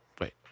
Wait